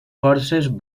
forces